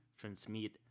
transmit